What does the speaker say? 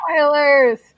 spoilers